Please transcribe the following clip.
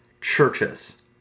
churches